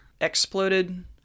exploded